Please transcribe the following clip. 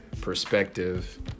perspective